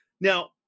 Now